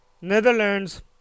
Netherlands